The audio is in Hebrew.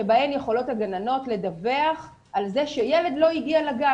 שבהן הגננות יכולות לדווח על זה שילד לא הגיע לגן.